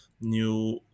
new